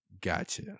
Gotcha